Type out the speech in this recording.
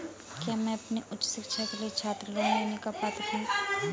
क्या मैं अपनी उच्च शिक्षा के लिए छात्र लोन लेने का पात्र हूँ?